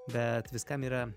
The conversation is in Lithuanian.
bet viskam yra